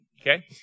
Okay